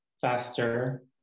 faster